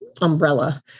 umbrella